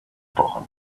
born